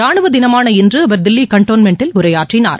ரானுவ தினமான இன்று அவர் தில்லி கண்டோன்மென்ட்டில் உரையாற்றினார்